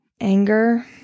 Anger